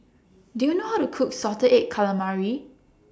Do YOU know How to Cook Salted Egg Calamari